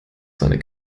seine